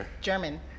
German